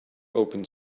open